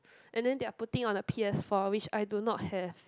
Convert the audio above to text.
and then they are putting on the P_S-four which I do not have